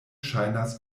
ŝajnas